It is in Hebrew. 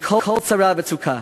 מכל צרה וצוקה